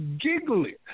giggling